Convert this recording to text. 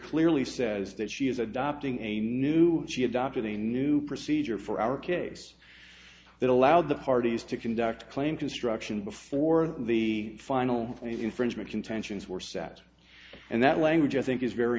clearly says that she is adopting a new she adopted a new procedure for our case that allowed the parties to conduct claim construction before the final infringement contentions were set and that language i think is very